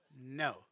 No